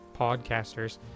podcasters